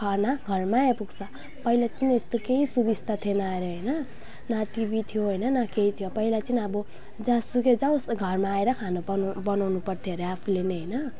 खाना घरमै आइपुग्छ पहिला चाहिँ यस्तो केही सुविस्ता थिएन अरे होइन न टिभी थियो होइन न केही थियो पहिला चाहिँ अब जहाँसुकै जाओस् घरमा आएर खाना बनाउनु पर्थ्यो अरे आफूले नै होइन